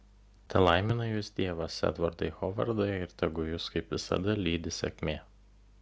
telaimina jus dievas edvardai hovardai ir tegu jus kaip visada lydi sėkmė